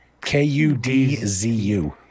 k-u-d-z-u